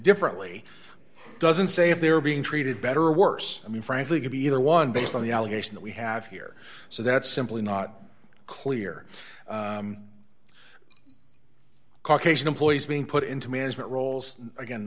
differently doesn't say if they're being treated better or worse i mean frankly could be either one based on the allegation that we have here so that's simply not clear caucasian employees being put into management roles again